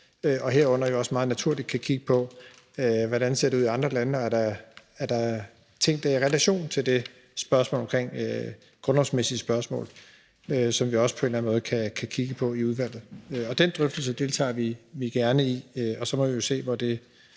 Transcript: naturligt kan kigge på, hvordan det ser ud i andre lande, altså om der er ting, der er i relation til det grundlovsmæssige spørgsmål, og som vi også på en eller anden måde kan kigge på i udvalget. Og den drøftelse deltager vi gerne i, og så må vi jo se, hvor det